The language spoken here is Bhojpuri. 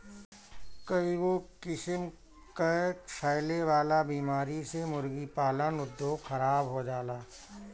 कईगो किसिम कअ फैले वाला बीमारी से मुर्गी पालन उद्योग खराब हो जाला